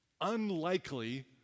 unlikely